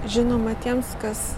žinoma tiems kas